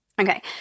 Okay